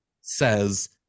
says